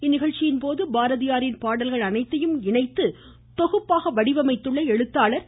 இந்நிகழ்ச்சியின் போது பாரதியாரின் பாடல்கள் அனைத்தையும் இணைத்து தொகுப்பாக வடிவமைத்த எழுத்தாளர் திரு